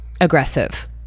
Aggressive